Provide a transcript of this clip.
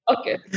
Okay